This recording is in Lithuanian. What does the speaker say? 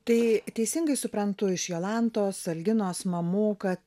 tai teisingai suprantu iš jolantos alginos mamų kad